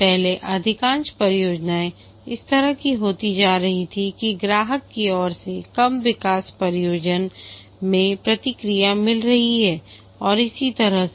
पहले अधिकांश परियोजनाएं इस तरह की होती जा रही हैं कि ग्राहक की ओर से कम विकास परिनियोजन पे प्रतिक्रिया मिल रही है और इसी तरह से